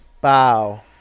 bow